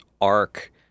arc